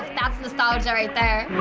that's nostalgia right there.